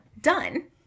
done